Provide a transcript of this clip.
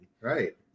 Right